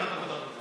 ועדת הרווחה.